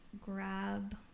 grab